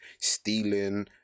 stealing